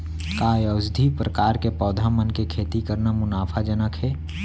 का औषधीय प्रकार के पौधा मन के खेती करना मुनाफाजनक हे?